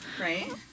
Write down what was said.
Right